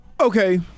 Okay